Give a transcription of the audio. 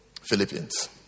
Philippians